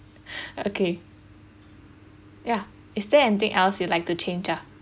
okay ya is there anything else you'd like to change ah